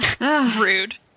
Rude